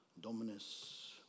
Dominus